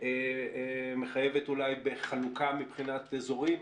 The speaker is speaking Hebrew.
שמחייבת אולי חלוקה מבחינת אזורים.